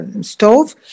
stove